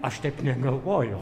aš taip negalvojau